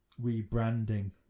rebranding